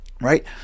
Right